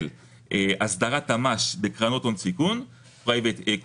הסדרת המס בקרנות הון-סיכון - private equity